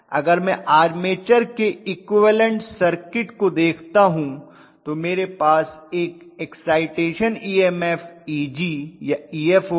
अगर मैं आर्मेचर के इक्विवलन्ट सर्किट को देखता हूं तो मेरे पास एक एक्साइटेशन ईएमएफ Eg या Ef होगा